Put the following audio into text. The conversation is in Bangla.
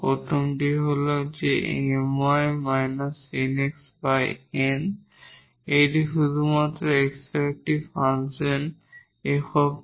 এই প্রথম হল শুধুমাত্র x এর একটি ফাংশন 𝑓𝑥